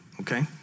okay